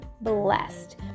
blessed